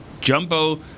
jumbo